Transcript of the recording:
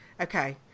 Okay